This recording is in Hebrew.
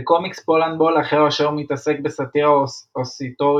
בקומיקס פולנדבול אחר אשר מתעסק בסאטירה הוסיטורית-פוליטית,